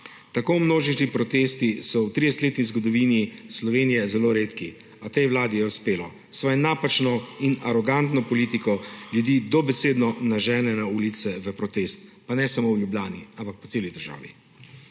Tako množični protesti so v 30-letni zgodovini Slovenije zelo redki, a tej vladi je uspelo. S svojo napačno in arogantno politiko ljudi dobesedno nažene na ulice v protest, pa ne samo v Ljubljani, ampak po celi državi.